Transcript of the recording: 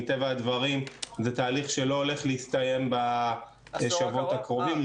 מטבע הדברים זה תהליך שלא הולך להסתיים בשבועות הקרובים.